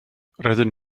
roeddwn